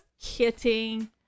kidding